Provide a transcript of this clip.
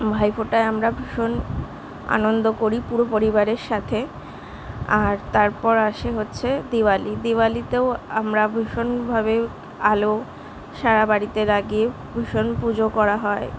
ভাইফোঁটায় আমরা ভীষণ আনন্দ করি পুরো পরিবারের সাথে আর তারপর আসে হচ্ছে দিওয়ালি দিওয়ালিতেও আমরা ভীষণভাবে আলো সারাবাড়িতে লাগিয়ে ভীষণ পুজো করা হয়